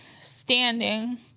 standing